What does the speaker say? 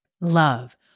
Love